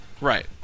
Right